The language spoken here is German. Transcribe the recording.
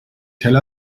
tel